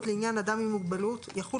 לעניין אדם עם מוגבלות --- רגע,